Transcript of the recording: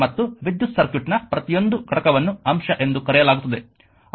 ಮತ್ತು ವಿದ್ಯುತ್ ಸರ್ಕ್ಯೂಟ್ನ ಪ್ರತಿಯೊಂದು ಘಟಕವನ್ನು ಅಂಶ ಎಂದು ಕರೆಯಲಾಗುತ್ತದೆ